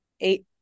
eight